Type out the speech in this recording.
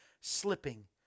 slipping